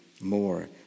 More